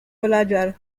belajar